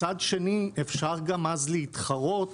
מצד שני אפשר גם אז להתחרות